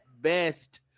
best